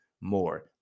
more